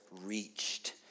reached